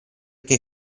che